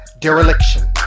dereliction